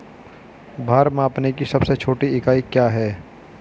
भार मापने की सबसे छोटी इकाई क्या है?